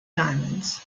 diamonds